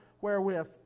wherewith